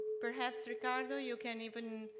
perhaps, ricardo, you can even